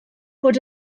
fod